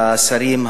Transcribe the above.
השרים,